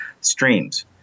streams